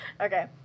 Okay